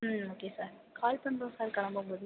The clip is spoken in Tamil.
ம் ஓகே சார் கால் பண்ணுறோம் சார் கிளப்பும் போது